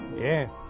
Yes